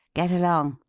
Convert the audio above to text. get along!